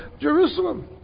Jerusalem